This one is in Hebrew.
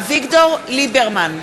אביגדור ליברמן,